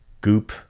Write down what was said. goop